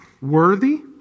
worthy